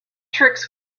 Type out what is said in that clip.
tricks